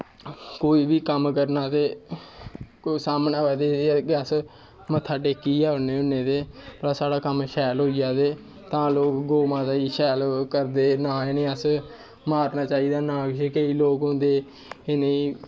कोई बी कम्म करना होऐ ते सामनै होऐ अस मत्था टेकियै औन्ने होन्नें ते साढ़ा कम्म शैल होई जा ते तां लो गौ मता गी शैल ओह् करदे ते ना अस इ'नें गी मारना चाहिदा ना किश केईं लोग होंदे इ'नें गी